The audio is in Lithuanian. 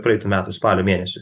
praeitų metų spalio mėnesiu